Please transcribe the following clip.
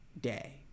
day